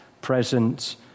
present